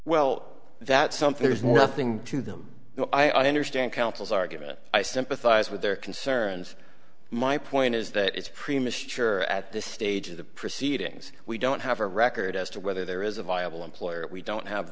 well that something is nothing to them though i understand counsels are given i sympathize with their concerns my point is that it's premature at this stage of the proceedings we don't have a record as to whether there is a viable employer we don't have